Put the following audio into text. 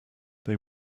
they